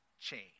change